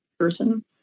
Person